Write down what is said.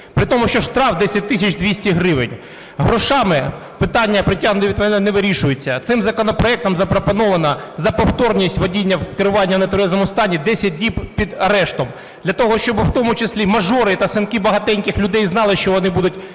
Притому, що штраф 10 тисяч 200 гривень. Грошима питання притягнення до відповідальності не вирішується. Цим законопроектом запропоновано за повторність водіння, керування в нетверезому стані 10 діб під арештом для того, щоби в тому числі мажори та синки багатеньких людей знали, що вони будуть сидіти